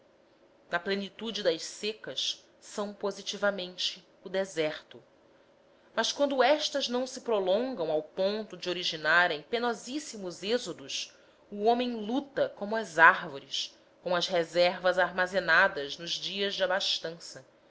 na plenitude das secas são positivamente o deserto mas quando estas não se prolongam ao ponto de originarem penosíssimos êxodos o homem luta como as árvores com as reservas armazenadas nos dias de abastança